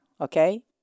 okay